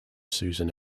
susan